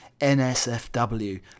NSFW